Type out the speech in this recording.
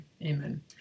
Amen